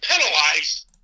penalized